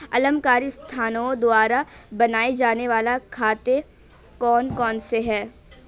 अलाभकारी संस्थाओं द्वारा बनाए जाने वाले खाते कौन कौनसे हैं?